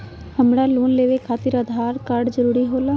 हमरा लोन लेवे खातिर आधार कार्ड जरूरी होला?